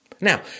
Now